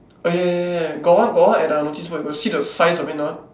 oh ya ya ya got one got one at the notice board you got see the size of it or not